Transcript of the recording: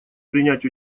принять